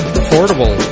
affordable